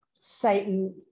Satan